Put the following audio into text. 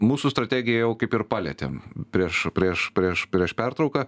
mūsų strategiją jau kaip ir palietėm prieš prieš prieš prieš pertrauką